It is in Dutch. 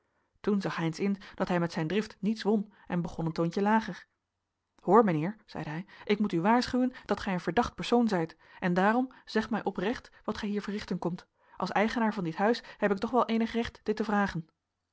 zag heynsz in dat hij met zijn drift niets won en begon een toontje lager hoor mijnheer zeide hij ik moet u waarschuwen dat gij een verdacht persoon zijt en daarom zeg mij oprecht wat gij hier verrichten komt als eigenaar van dit huis heb ik toch wel eenig recht dit te vragen